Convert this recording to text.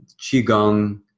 Qigong